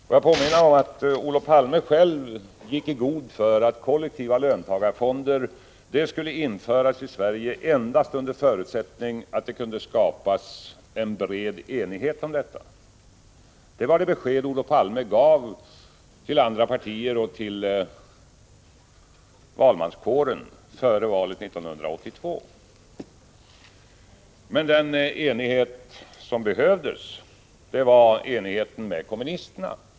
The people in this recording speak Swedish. Låt mig påminna om att Olof Palme själv gick i god för att kollektiva löntagarfonder skulle införas i Sverige endast under förutsättning att det kunde skapas en bred enighet om detta. Det var det besked Olof Palme gav till andra partier och till valmanskåren före valet 1982. Men den enighet som behövdes var enigheten med kommunisterna.